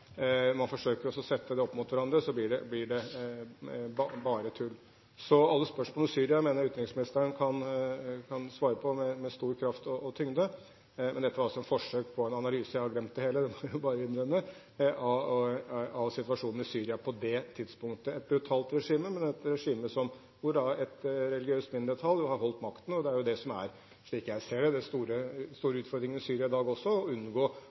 man forsøker å sette dette opp mot hverandre, blir det bare tull. Så alle spørsmål om Syria mener jeg utenriksministeren kan svare på med stor kraft og tyngde. Dette var altså et forsøk på en analyse – jeg har glemt det hele, det må jeg bare innrømme – av situasjonen i Syria på det tidspunktet, et brutalt regime, men et regime hvor et religiøst mindretall har beholdt makten. Det er jo det som er, slik jeg ser det, den store utfordringen i Syria i dag også, å unngå